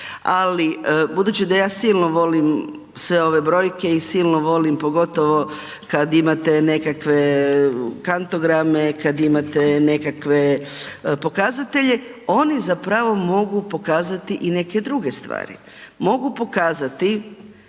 Ali budući da ja silno volim sve ove brojke i silno volim pogotovo kad imate nekakve kantograme, kad imate nekakve pokazatelje, oni zapravo mogu pokazati i neke druge stvari. Mogu pokazati